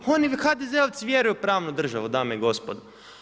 Oni HDZ-ovci vjeruju u pravnu državu, dame i gospodo.